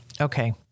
Okay